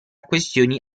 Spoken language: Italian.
questioni